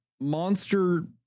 Monster